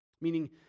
meaning